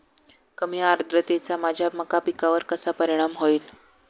कमी आर्द्रतेचा माझ्या मका पिकावर कसा परिणाम होईल?